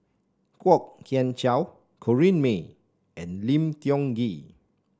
Kwok Kian Chow Corrinne May and Lim Tiong Ghee